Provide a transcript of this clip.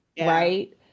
right